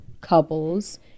couples